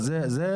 זאת